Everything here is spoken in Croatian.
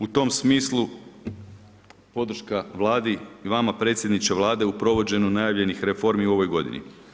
U tom smislu podrška Vladi i vama predsjedniče Vlade u provođenju najavljenih reformi u ovoj godini.